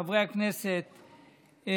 חברי הכנסת,